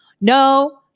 No